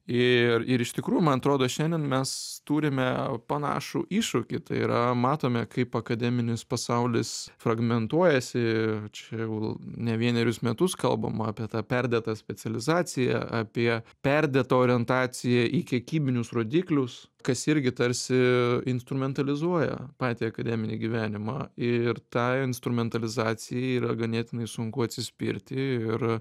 ir ir iš tikrųjų man atrodo šiandien mes turime panašų iššūkį tai yra matome kaip akademinis pasaulis fragmentuojasi čia jau ne vienerius metus kalbama apie tą perdėtą specializaciją apie perdėtą orientaciją į kiekybinius rodiklius kas irgi tarsi instrumentalizuoja patį akademinį gyvenimą ir tą instrumentalizacijai yra ganėtinai sunku atsispirti ir